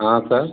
हाँ सर